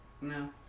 No